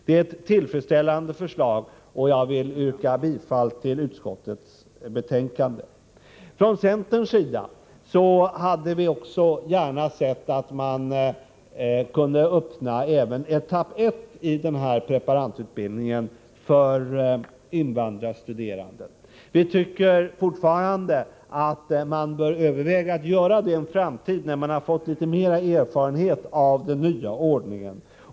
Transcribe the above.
Det är ett tillfredsställande förslag, och jag vill yrka bifall till utskottets hemställan. Vi från centern hade också gärna sett att man kunde öppna även etapp 1 av preparandutbildningen för invandrarstuderande. Vi tycker fortfarande att man bör överväga att göra det i framtiden, när man har fått litet större erfarenhet av den nya ordningen.